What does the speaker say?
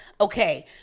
Okay